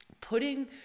putting